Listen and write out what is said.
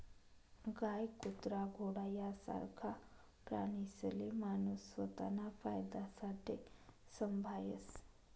गाय, कुत्रा, घोडा यासारखा प्राणीसले माणूस स्वताना फायदासाठे संभायस